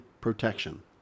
protection